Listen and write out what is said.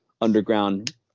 underground